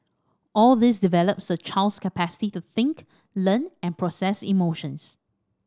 all this develops the child's capacity to think learn and process emotions